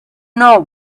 know